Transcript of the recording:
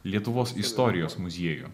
lietuvos istorijos muziejų